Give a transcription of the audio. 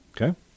Okay